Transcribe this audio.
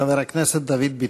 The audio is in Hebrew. חבר הכנסת דוד ביטן.